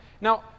Now